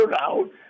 out